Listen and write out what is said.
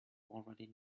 already